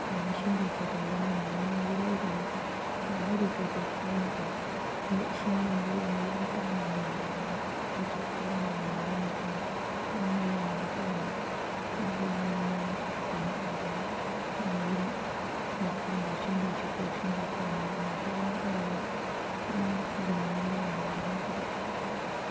ꯀꯟꯅ ꯁꯦꯟꯗꯣꯛ ꯈꯣꯠꯇꯣꯛꯑꯒꯅꯦ ꯉꯥꯅꯨꯒꯤ ꯂꯩꯕꯗꯨꯁꯨ ꯉꯥꯅꯨꯗꯤ ꯆꯣꯠ ꯆꯣꯠ ꯂꯥꯎꯕ ꯒꯨꯝꯕ ꯏꯁꯤꯡꯒꯨꯝꯕ ꯀꯩꯒꯨꯝꯕ ꯌꯥꯝ ꯄꯥꯝꯕꯅꯤꯅ ꯑꯗꯨ ꯑꯩꯅ ꯆꯣꯠ ꯆꯣꯠ ꯂꯥꯎꯗꯅꯕ ꯃꯣꯏꯒꯤ ꯃꯐꯝꯗꯣ ꯀꯪꯅ ꯂꯩꯅꯕ ꯐꯖꯅ ꯑꯗꯨꯝ ꯋꯥꯏ ꯅꯨꯡ ꯍꯥꯞꯇꯅ ꯑꯗꯒꯤ ꯃꯣꯏꯒꯤ ꯃꯐꯝꯗꯣ ꯁꯦꯡꯗꯣꯛ ꯁꯤꯠꯇꯣꯛ ꯁꯦꯡꯗꯣꯛꯇꯅ ꯃꯔꯛ ꯃꯔꯛꯇ ꯑꯗꯨꯝ ꯇꯧꯔꯒ ꯑꯗꯨꯝ ꯂꯨꯅ ꯂꯩꯅꯉꯥꯏ ꯑꯗꯨꯝ ꯍꯣꯠꯅꯩ